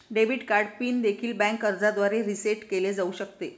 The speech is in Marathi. डेबिट कार्ड पिन देखील बँक अर्जाद्वारे रीसेट केले जाऊ शकते